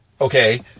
okay